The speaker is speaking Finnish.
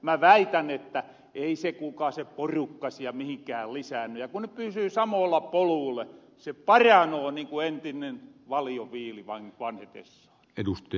mä väitän että ei se kuulkaa se porukka siel mihinkään lisäänny ja kun ne pysyy samoilla poluilla se paranoo niin ku entinen valion viili vanhetessaan